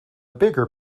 bigger